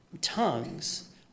Tongues